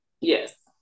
Yes